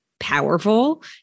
Powerful